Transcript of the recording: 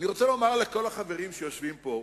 אני רוצה לומר לכל החברים שיושבים פה,